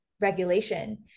regulation